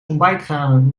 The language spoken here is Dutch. ontbijtgranen